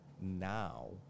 now